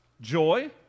joy